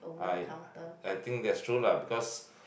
I I think that's true lah because